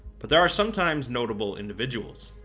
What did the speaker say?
but there are sometimes notable individuals.